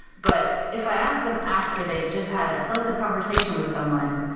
but if i asked them after they've just had a pleasant conversation with someone,